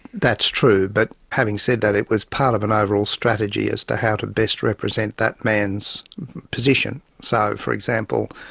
that's true. but having said that, it was part of an overall strategy as to how to best represent that man's position. so for example,